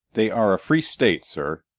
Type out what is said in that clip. they are a free state, sir,